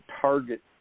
target